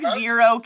zero